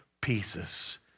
pieces